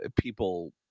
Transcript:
people –